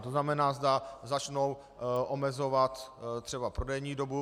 To znamená, začnou omezovat třeba prodejní dobu.